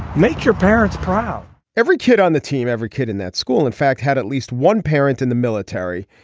make your parents proud every kid on the team every kid in that school in fact had at least one parent in the military.